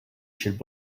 should